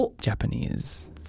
Japanese